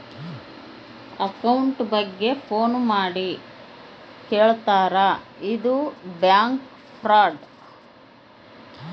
account ಬಗ್ಗೆ phone ಮಾಡಿ ಕೇಳ್ತಾರಾ ಇದು ಬ್ಯಾಂಕ್ ಫ್ರಾಡ್